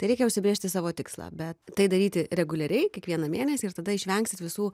tai reikia užsibrėžti savo tikslą bet tai daryti reguliariai kiekvieną mėnesį ir tada išvengsit visų